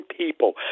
people